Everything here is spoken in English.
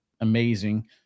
amazing